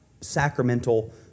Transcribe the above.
sacramental